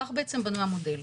כך בעצם בנוי המודל.